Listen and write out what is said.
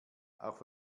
auch